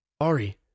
Ari